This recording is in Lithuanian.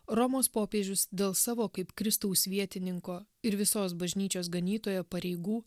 romos popiežius dėl savo kaip kristaus vietininko ir visos bažnyčios ganytojo pareigų